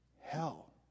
hell